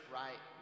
right